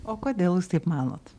o kodėl jūs taip manot